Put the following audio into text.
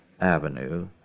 Avenue